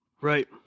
Right